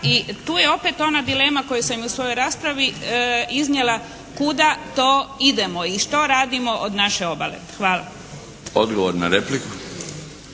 i tu je opet ona dilema koju sam i u svojoj raspravi iznijela. Kuda to idemo? I što radimo od naše obale? Hvala. **Milinović,